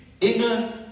inner